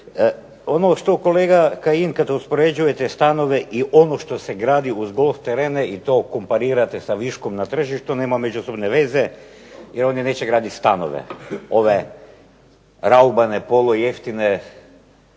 Ono što kolega Kajin kad uspoređujete stanove i ono što se gradi uz golf terene i to komparirate sa viškom na tržištu nema međusobne veze jer oni neće graditi stanove, ove raubane polujeftine